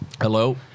Hello